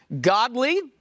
godly